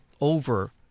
over